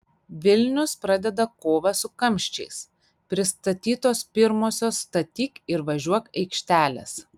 vilnius pradeda kovą su kamščiais pristatytos pirmosios statyk ir važiuok aikštelės